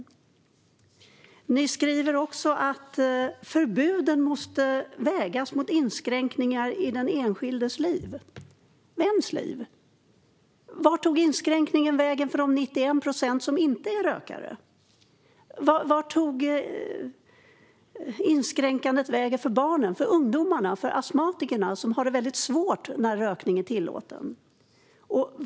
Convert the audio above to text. Ni skriver också att förbuden måste vägas mot inskränkningar i den enskildes liv. Vems liv? Vart tog inskränkningen vägen för de 91 procent som inte är rökare? Vart tog inskränkandet vägen för barnen, för ungdomarna, för astmatikerna, som har det väldigt svårt där rökning är tillåten?